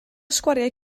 sgwariau